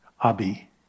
Abi